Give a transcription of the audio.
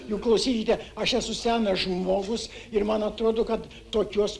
juk klausykite aš esu senas žmogus ir man atrodo kad tokios